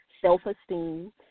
self-esteem